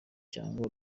cyangwa